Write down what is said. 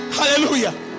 hallelujah